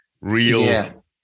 real